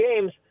games